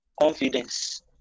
confidence